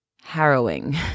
harrowing